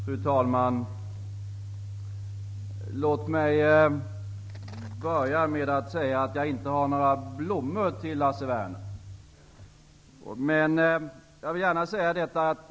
Fru talman! Låt mig börja med att säga att jag inte har några blommor till Lars Werner.